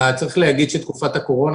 צריך להגיד שתקופת הקורונה,